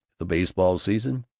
the baseball season,